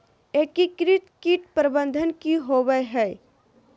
एकीकृत कीट प्रबंधन की होवय हैय?